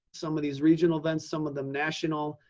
some of these regional events, some of them national,